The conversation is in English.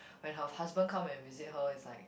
when her husband come and visit her is like